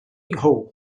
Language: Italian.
hope